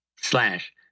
slash